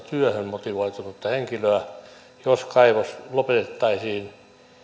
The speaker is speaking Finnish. työhön motivoitunutta henkilöä että jos kaivos lopetettaisiin